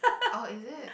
oh is it